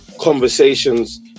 conversations